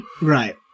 Right